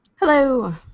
Hello